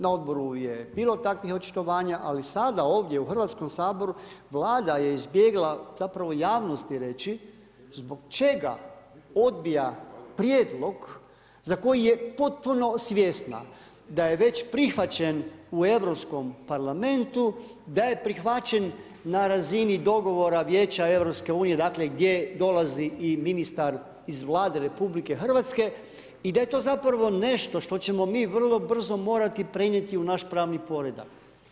Na odboru je bilo takvih očitovanja ali sada ovdje u Hrvatskom saboru, Vlada je izbjegla javnosti reći zbog čega odbija prijedlog za koji je potpuno svjesna da je već prihvaćen u Europskom Parlamentu, da je prihvaćen na razini dogovora Vijeća EU-a, dakle gdje dolazi i ministar iz Vlade RH i da je to zapravo nešto što ćemo mi vrlo brzo morati prenijeti u naš pravni poredak.